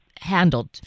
handled